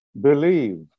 believe